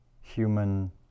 human